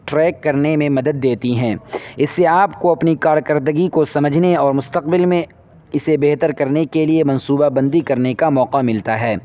track کرنے میں مدد دیتی ہیں اس سے آپ کو اپنی کارکردگی کو سمجھنے اور مستقبل میں اسے بہتر کرنے کے لیے منصوبہ بندی کرنے کا موقع ملتا ہے